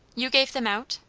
you gave them out?